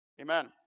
amen